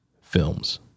films